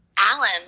Alan